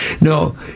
No